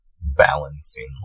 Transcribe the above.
balancing